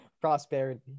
Prosperity